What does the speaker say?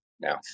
now